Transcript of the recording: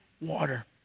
water